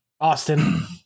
Austin